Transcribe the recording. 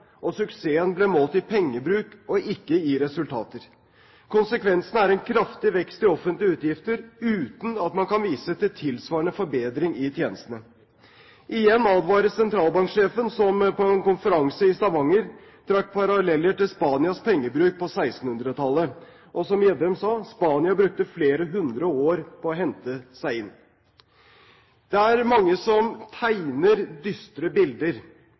pengene. Suksessen ble målt i pengebruk og ikke i resultater. Konsekvensene er en kraftig vekst i offentlige utgifter, uten at man kan vise til tilsvarende forbedring i tjenestene. Igjen advarer sentralbanksjefen, som på en konferanse i Stavanger trakk paralleller til Spanias pengebruk på 1600-tallet. Han sa at Spania brukte flere hundre år på å hente seg inn. Det er mange som tegner dystre bilder.